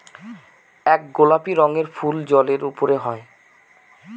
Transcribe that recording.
এক গোলাপি রঙের ফুল জলের উপরে হয়